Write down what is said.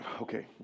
Okay